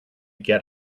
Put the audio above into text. get